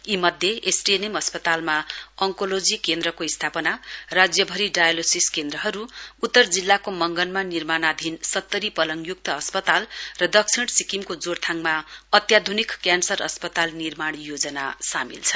यीमध्ये एसटीएनएम अस्पतालमाअन्कोलीजी केन्द्रको स्थापना राज्यभरि डायलोसिस केन्द्रहरु उत्रर जिल्ला मंगनमा निर्माणधीन सतरी पलङय्क्त अस्पताल र दक्षिण सिक्किमको जोरथाङमा अत्याधुनिक क्यान्सर अस्पतालमा निर्माण योजना सामेल छन्